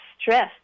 stress